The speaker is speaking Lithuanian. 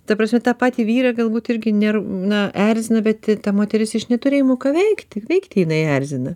ta prasme tą patį vyrą galbūt irgi nerv na erzina bet ta moteris iš neturėjimo ką veikti veikti jinai erzina